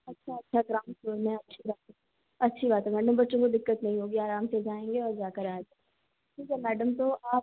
अच्छा अच्छा ground floor में है अच्छी बात है अच्छी बात है मैडम बच्चों में दिक्कत नहीं होगी आराम से जाएंगे और जाकर आ ठीक है मैडम तो आप